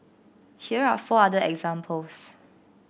here are four other examples